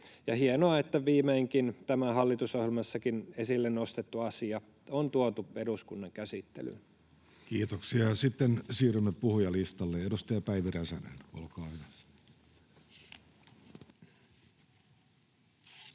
Hienoa, että viimeinkin tämä hallitusohjelmassakin esille nostettu asia on tuotu eduskunnan käsittelyyn. Kiitoksia. — Sitten siirrymme puhujalistalle. — Edustaja Päivi Räsänen, olkaa hyvä.